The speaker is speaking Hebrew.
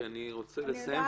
כי אני רוצה לסיים,